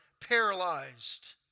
paralyzed